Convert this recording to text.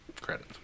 credit